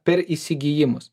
per įsigijimus